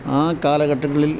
ആ കാലഘട്ടങ്ങളിൽ